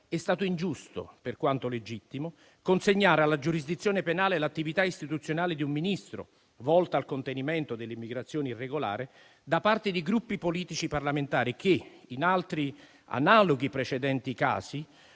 è stato ingiusto, per quanto legittimo, consegnare alla giurisdizione penale l'attività istituzionale di un Ministro, volta al contenimento dell'immigrazione irregolare, da parte di Gruppi politici parlamentari che, in altri analoghi precedenti casi,